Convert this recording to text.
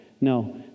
No